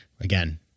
Again